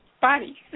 body